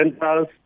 rentals